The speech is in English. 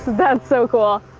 that's so cool.